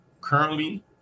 currently